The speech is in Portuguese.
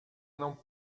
não